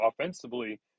offensively